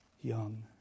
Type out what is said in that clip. Young